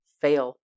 fail